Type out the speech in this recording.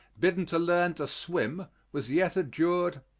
bidden to learn to swim, was yet adjured,